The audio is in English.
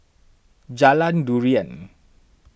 Jalan Durian